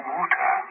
water